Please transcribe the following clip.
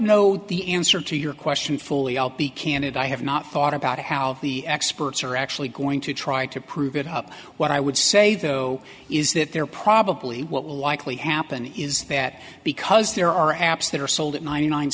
know the answer to your question fully i'll be candid i have not thought about how the experts are actually going to try to prove it up what i would say though is that they're probably what will likely happen is that because there are apps that are sold at ninety nine